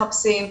מחפשים,